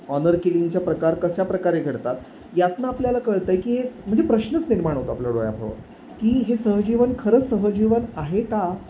honour किलिंगचे प्रकार कशा प्रकारे घडतात यातून आपल्याला कळत आहे की हे स् म्हणजे प्रश्नच निर्माण होतात आपल्या डोळ्यासमोर की हे सहजीवन खरंच सहजीवन आहे का